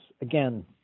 again